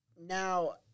now